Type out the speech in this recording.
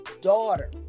daughter